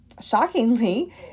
shockingly